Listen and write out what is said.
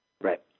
Right